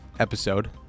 episode